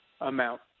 amount